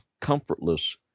comfortless